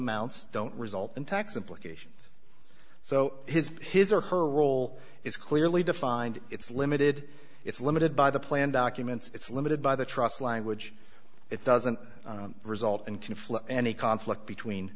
amounts don't result in tax implications so his his or her role is clearly defined it's limited it's limited by the plan documents it's limited by the trust language it doesn't result in conflict